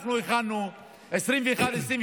פה בשביל להתנצל.